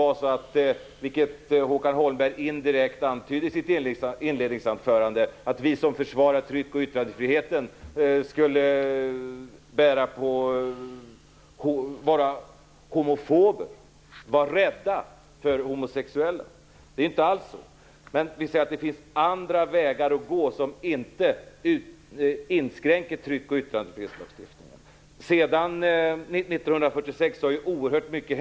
Det är inte så, vilket Håkan Holmberg indirekt antydde i sitt inledningsanförande, att vi som försvarar tryck och yttrandefriheten skulle lida av homofobi, vara rädda för homosexuella. Det är inte alls så. Men vi säger att det finns andra vägar att gå som inte inskränker tryck och yttrandefrihetslagstiftningen. Sedan 1946 har det hänt oerhört mycket.